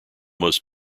most